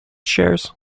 shares